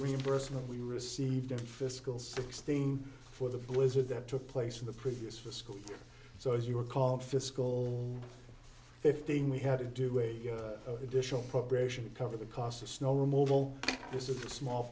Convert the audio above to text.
reimbursement we received a fiscal sixteen for the blizzard that took place in the previous for school so if you were called fiscal fifteen we had to do a good addition operation cover the cost of snow removal this is a small